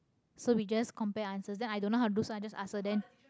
so we just compare answers then I don't know how to do so I just ask her then